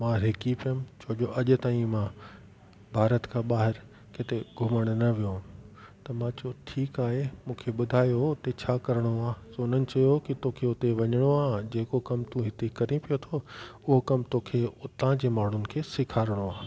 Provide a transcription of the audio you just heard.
मां हिकी पयमि छो जो अॼु ताईं मां भारत खां ॿाहिरि किते घुमण न वियो हुअमि त मां चयो ठीकु आहे मूंखे ॿुधायो हुते छा करिणो आहे त हुननि चयो की तोखे उते वञिणो आहे जेको कमु तूं हिते करे पियो थो उहो कमु तोखे उतां जे माण्हुनि खे सेखारिणो आहे